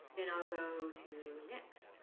then i'll go to next.